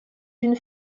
une